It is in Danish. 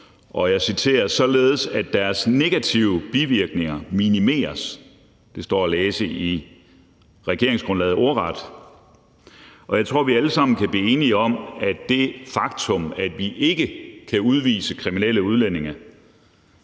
op, således at deres negative bivirkninger minimeres«. Det står ordret at læse i regeringsgrundlaget. Jeg tror, vi alle sammen kan blive enige om, at det faktum, at vi ikke kan udvise kriminelle udlændinge,